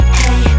hey